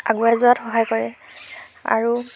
আগুৱাই যোৱাত সহায় কৰে আৰু